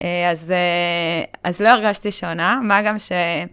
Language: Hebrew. אה... אז, אה... לא הרגשתי שונה, מה גם ש...